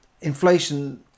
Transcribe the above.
inflation